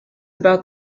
about